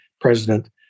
president